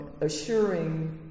assuring